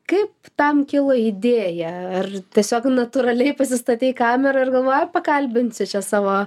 kaip tam kilo idėja ar tiesiog natūraliai pasistatei kamerą ir galvoji ai pakalbinsiu čia savo